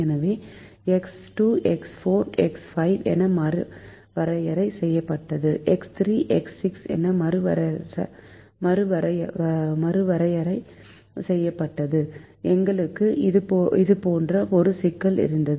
எனவே X 2 X 4 X 5 என மறுவரையறை செய்யப்பட்டது எக்ஸ் 3 எக்ஸ் 6 என மறுவரையறை செய்யப்பட்டது எங்களுக்கு இது போன்ற ஒரு சிக்கல் இருந்தது